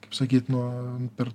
kaip sakyt nu per